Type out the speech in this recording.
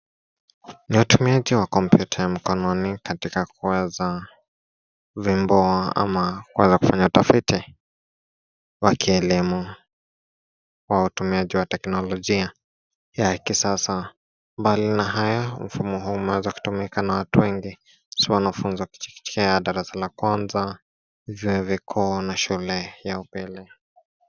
Ni utumiaji wa kompyuta ya mkononi katika kuweza kuvumbua ama kuweza kufanya tafiti, wakielimu wa utumiaji wa teknolojia ya kisasa mbali na hayo mfumo huu umeweza kutumika na watu wengi si wanafunzi wa kichekechea, darasa la kwanza, vyuo vikuu na shule ya upili.